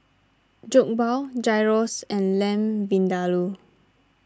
Jokbal Gyros and Lamb Vindaloo